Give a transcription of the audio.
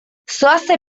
zoazte